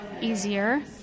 easier